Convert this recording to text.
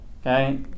okay